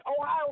Ohio